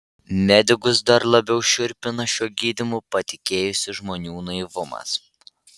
medikus dar labiau šiurpina šiuo gydymu patikėjusių žmonių naivumas